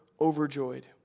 overjoyed